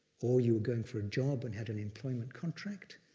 or you were going for a job and had an employment contract,